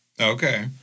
Okay